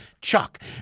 Chuck